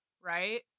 right